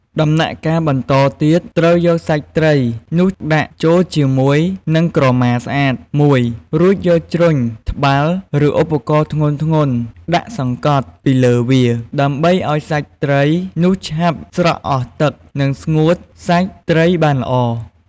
ដំណាក់កាលបន្តទៀត ត្រូវយកសាច់ត្រីនោះដាក់ចូលជាមួយនឹងក្រមាស្អាតមួយ រួចយកជ្រុញ ត្បាល់ ឬឧបករណ៍ធ្ងន់ៗដាក់សង្កត់ពីលើវា ដើម្បីឱ្យសាច់ត្រីនោះឆាប់ស្រក់អស់ទឹក និងស្ងួតសាច់ត្រីបានល្អ។